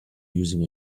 using